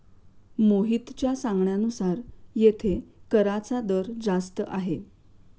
मोहितच्या सांगण्यानुसार येथे कराचा दर जास्त आहे